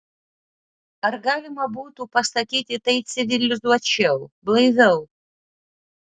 ar galima būtų pasakyti tai civilizuočiau blaiviau